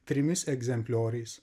trimis egzemplioriais